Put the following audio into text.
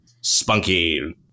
spunky